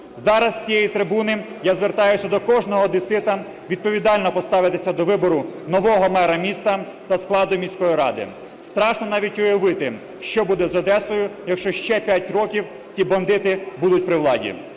Зараз з цієї трибуни я звертаюсь до кожного одесита відповідально поставитися до вибору нового мера міста та складу міської ради. Страшно навіть уявити, що буде з Одесою, якщо ще 5 років ці бандити будуть при владі.